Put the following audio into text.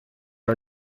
are